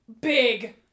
big